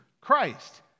Christ